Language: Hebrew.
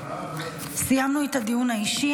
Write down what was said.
סיימנו את הדיון האישי.